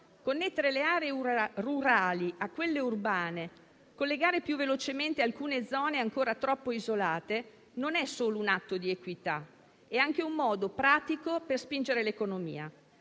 Connettere le aree rurali a quelle urbane, collegare più velocemente alcune zone ancora troppo isolate non è solo un atto di equità, ma è anche un modo pratico per spingere l'economia,